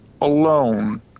alone